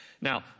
Now